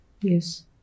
Yes